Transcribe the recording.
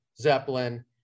zeppelin